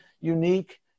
unique